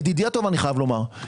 ידידי הטוב אני חייב לומר,